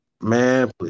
Man